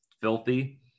filthy